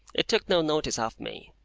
it took no notice of me,